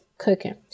cooking